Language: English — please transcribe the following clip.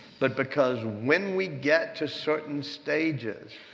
but because when we get to certain stages,